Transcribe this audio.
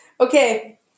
Okay